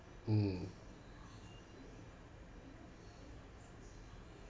mm